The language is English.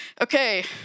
Okay